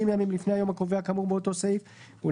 לא.